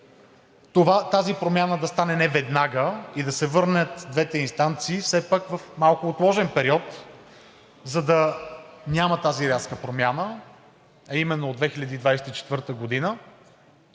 тази промяна да стане не веднага и да се върнат двете инстанции все пак в малко отложен период, за да няма тази рязка промяна, а именно от 2024 г.